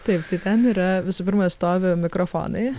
taip tai ten yra visų pirma stovi mikrofonai